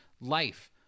life